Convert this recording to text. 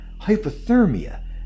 hypothermia